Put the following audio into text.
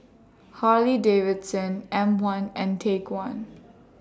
Harley Davidson M one and Take one